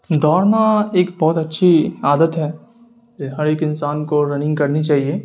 دوڑنا ایک بہت اچھی عادت ہے ہر ایک انسان کو رننگ کرنی چاہیے